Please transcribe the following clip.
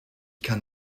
kann